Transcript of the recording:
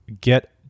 get